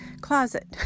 closet